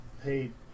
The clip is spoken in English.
paid